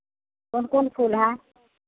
कौन कौन फूल है